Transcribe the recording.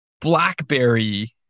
BlackBerry